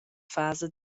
fasa